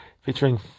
featuring